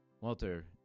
Walter